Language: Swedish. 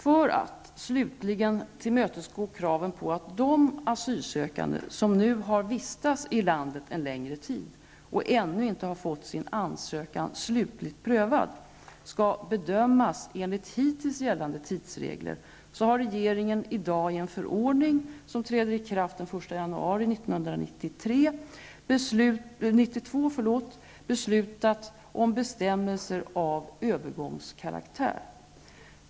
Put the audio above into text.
För att slutligen tillmötesgå kraven på att de asylsökande som nu har vistats i landet en längre tid och ännu inte har fått sin ansökan slutligt prövad skall bedömas enligt hittills gällande tidsregler, har regeringen i dag, i en förordning som träder i kraft den 1 januari 1992, beslutat om bestämmelser av övergångskaraktär.